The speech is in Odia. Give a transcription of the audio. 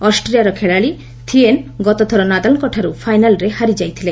ଅଷ୍ଟ୍ରିଆର ଖେଳାଳି ଥିଏନ୍ ଗତଥର ନାଦାଲ୍ଙ୍କଠାର୍ତ ଫାଇନାଲ୍ରେ ହାରିଯାଇଥିଲେ